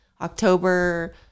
October